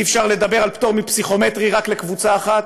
אי-אפשר לדבר על פטור מפסיכומטרי רק לקבוצה אחת.